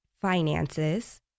finances